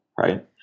Right